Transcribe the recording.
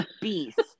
beast